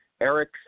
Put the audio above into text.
Eric